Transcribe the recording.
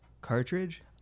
cartridge